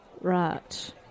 Right